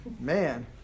Man